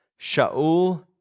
Shaul